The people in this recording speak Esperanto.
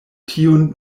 tiun